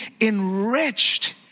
enriched